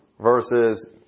versus